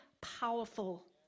powerful